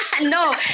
no